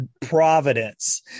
Providence